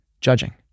Judging